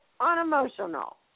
unemotional